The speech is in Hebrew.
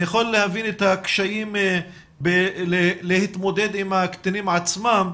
אני יכול להבין את הקשיים להתמודד עם הקטינים עצמם,